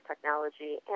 technology